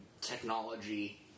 technology